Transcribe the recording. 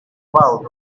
about